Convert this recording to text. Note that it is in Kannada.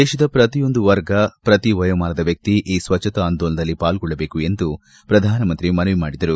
ದೇಶದ ಪ್ರತಿಯೊಂದು ವರ್ಗ ಪ್ರತಿ ವಯೋಮಾನದ ವ್ಲಕ್ಷಿ ಈ ಸ್ವಚ್ಛತಾ ಆಂದೋಲನದಲ್ಲಿ ಪಾಲ್ಗೊಳ್ಟದೇಕು ಎಂದು ಪ್ರಧಾನಮಂತ್ರಿ ಮನವಿ ಮಾಡಿದರು